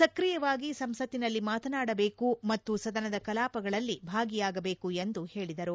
ಸ್ಕ್ರೀಯವಾಗಿ ಸಂಸತ್ತಿನಲ್ಲಿ ಮಾತನಾಡಬೇಕು ಮತ್ತು ಸದನದ ಕಾರ್ಯಕಲಾಪಗಳಲ್ಲಿ ಭಾಗಿಯಾಗಬೇಕು ಎಂದು ಹೇಳಿದರು